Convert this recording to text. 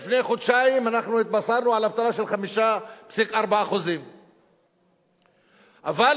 לפני חודשיים אנחנו התבשרנו על אבטלה של 5.4%. אבל